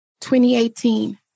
2018